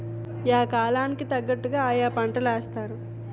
yeah కాలం కి తగ్గట్టుగా ఆయా పంటలేత్తారు